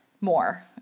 more